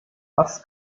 was